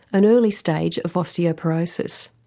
an early stage of osteoporosis.